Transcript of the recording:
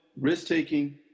risk-taking